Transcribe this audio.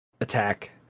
attack